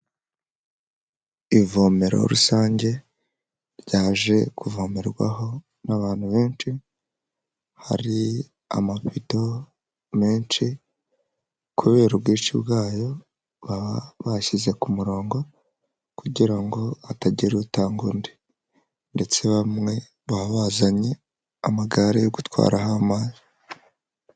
Ivomero rusange ryaje kuvomerwaho n'abantu benshi, hari amavido menshi, kubera ubwinshi bwayo baba bashyize ku murongo kugira ngo hatagira utanga undi, ndetse bamwe baba bazanye amagare yo gutwaraho amazi.